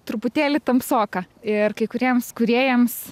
truputėlį tamsoka ir kai kuriems kūrėjams